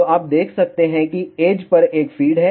तो आप देख सकते हैं कि एज पर एक फ़ीड है